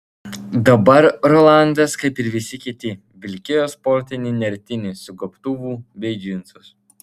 dabar rolandas kaip ir visi kiti vilkėjo sportinį nertinį su gobtuvu bei džinsus